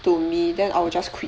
to me then I will just quit